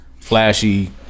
Flashy